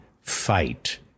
fight